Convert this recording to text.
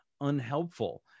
unhelpful